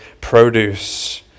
produce